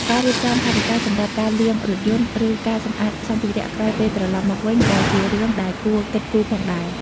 ការរៀបចំថវិកាសម្រាប់ការលាងរថយន្ត ឬការសម្អាតសម្ភារៈក្រោយពេលត្រលប់មកវិញ ក៏ជារឿងដែលគួរគិតគូរផងដែរ។